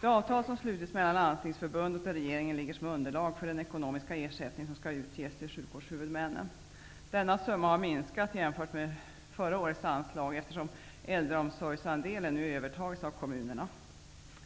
Det avtal som slutits mellan Landstingsförbundet och regeringen ligger som underlag för den ekonomiska ersättning som skall utges till sjukvårdshuvudmännen. Denna summa har minskat jämfört med förra årets anslag, eftersom äldreomsorgsandelen nu övetagits av kommunerna.